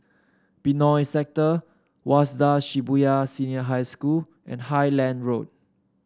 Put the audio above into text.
Benoi Sector Waseda Shibuya Senior High School and Highland Road